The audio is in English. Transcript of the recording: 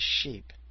sheep